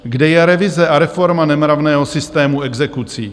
Kde je revize a reforma nemravného systému exekucí?